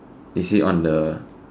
is he on the